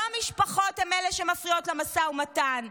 לא המשפחות הן אלה שמפריעות למשא ומתן,